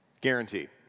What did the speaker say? Guaranteed